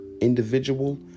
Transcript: individual